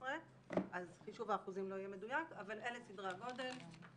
אז חישוב האחוזים לא יהיה מדויק אבל אלה סדרי הגודל.